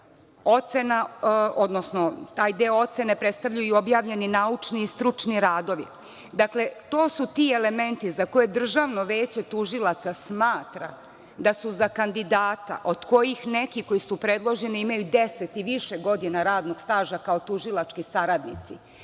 ocena, odnosno taj deo ocene predstavljaju objavljeni naučni i stručni radovi, itd. Dakle, to su ti elementi za koje Državno veće tužilaca smatra da su za kandidata od kojih neki koji su predloženi imaju 10 i više godina radnog staža kao tužilački saradnici,